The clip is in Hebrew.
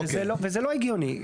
וזה לא הגיוני.